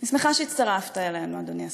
אני שמחה שהצטרפת אלינו, אדוני השר.